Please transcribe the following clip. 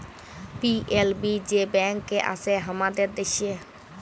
PLB যে bank আসে হামাদের দ্যাশে